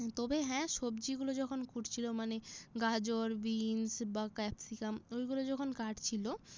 হ্যাঁ তবে হ্যাঁ সবজিগুলো যখন কুটছিলো মানে গাজর বিনস বা ক্যাপসিকাম ওইগুলো যখন কাটছিলো